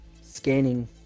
scanning